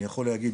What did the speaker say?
אני יכול להגיד,